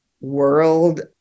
world